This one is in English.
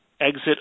exit